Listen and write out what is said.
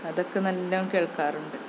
അതൊക്കെ നല്ലോം കേള്ക്കാറുണ്ട്